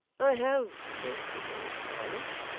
i have spoken, have i not?